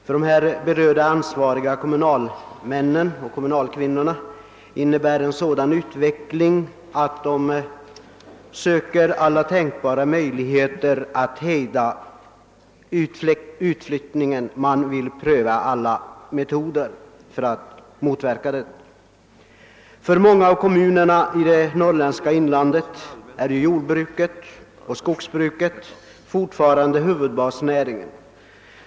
För de berörda ansvariga kommunaimännen och kommunalkvinnorna innebär en sådan utveckling att de söker alla tänkbara möjligheter att hejda utflyttningen. Man vill pröva alla metoder för att motverka den. För många kommuner i det norrländska inlandet är jordbruket och skogsbruket fortfarande huvudbasnäringar.